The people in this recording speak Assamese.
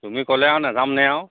তুমি ক'লে আৰু নাযামনে আৰু